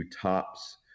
tops